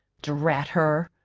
drat her!